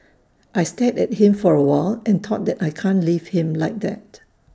I stared at him for A while and thought that I can't leave him like that